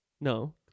No